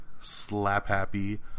slap-happy